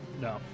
No